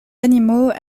animaux